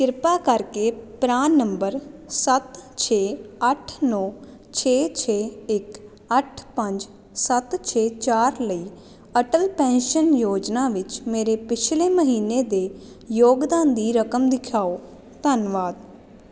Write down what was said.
ਕਿਰਪਾ ਕਰਕੇ PRAN number ਸੱਤ ਛੇ ਅੱਠ ਨੌ ਛੇ ਛੇ ਇੱਕ ਅੱਠ ਪੰਜ ਸੱਤ ਛੇ ਚਾਰ ਲਈ ਅਟਲ ਪੈਨਸ਼ਨ ਯੋਜਨਾ ਵਿੱਚ ਮੇਰੇ ਪਿਛਲੇ ਮਹੀਨੇ ਦੇ ਯੋਗਦਾਨ ਦੀ ਰਕਮ ਦਿਖਾਓ ਧੰਨਵਾਦ